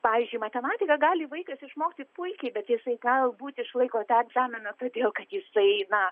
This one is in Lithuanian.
pavyzdžiui matematiką gali vaikas išmokti puikiai bet jisai galbūt išlaiko tą egzaminą todėl kad jisai na